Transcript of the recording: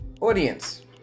Audience